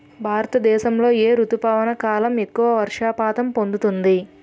భారతదేశంలో ఏ రుతుపవన కాలం ఎక్కువ వర్షపాతం పొందుతుంది?